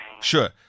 Sure